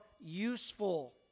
useful